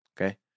Okay